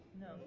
No